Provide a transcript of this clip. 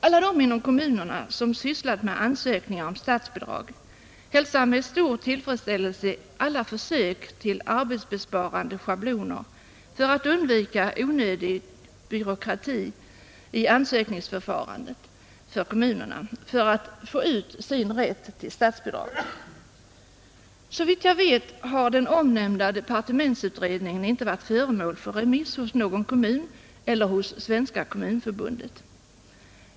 Alla de inom kommunerna som sysslat med ansökningar om statsbidrag hälsar med stor tillfredsställelse varje försök till arbetsbesparande schabloner för att undvika onödig byråkrati i ansökningsförfarandet för kommunerna. Såvitt jag vet har den omnämnda departementsutredningen inte varit föremål för remiss hos någon kommun eller hos Svenska kommunförbundet.